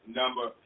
number